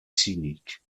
scénique